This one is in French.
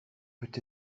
peut